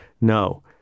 No